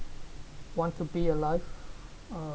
want to be alive